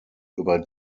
über